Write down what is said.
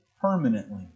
permanently